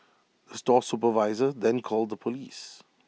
the store supervisor then called the Police